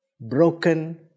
Broken